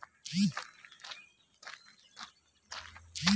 আলু চাষের সঠিক সময় কোন টি হতে পারে?